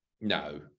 No